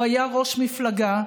הוא היה ראש מפלגה,